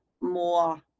more